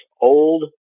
old